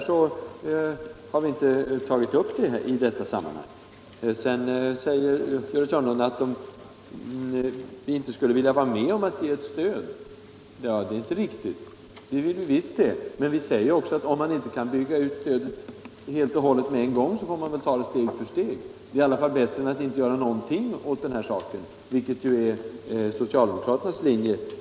Sedan säger Gördis Hörnlund att vi inte skulle vilja vara med om att ge ett stöd. Det är inte riktigt. Det vill vi visst det, men vi säger att om man inte kan bygga ut stödet helt och hållet på en gång, får man ta det steg för steg. Det är i alla fall bättre än att inte göra någonting åt den saken, vilket ju är socialdemokraternas linje.